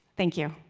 thank you.